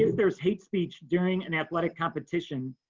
there's there's hate speech during an athletic competition,